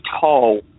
tall